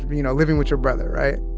you know, living with your brother. right?